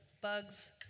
bugs